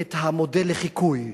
את המודל לחיקוי.